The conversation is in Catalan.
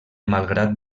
malgrat